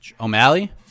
O'Malley